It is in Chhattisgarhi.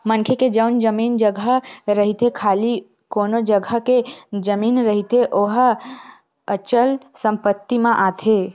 मनखे के जउन जमीन जघा रहिथे खाली कोनो जघा के जमीन रहिथे ओहा अचल संपत्ति म आथे